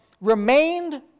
remained